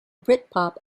britpop